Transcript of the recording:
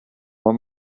want